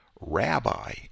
Rabbi